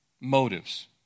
motives